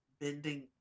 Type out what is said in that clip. bending